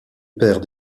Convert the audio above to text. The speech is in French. père